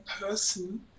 person